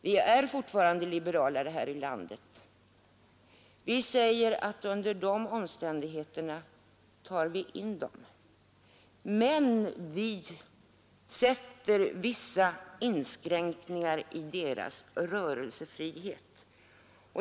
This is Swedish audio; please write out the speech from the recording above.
Vi är fortfarande liberalare härvidlag. Under vissa omständigheter tar vi in dem, men vi sätter vissa inskränkningar för deras rörelsefrihet.